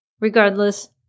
Regardless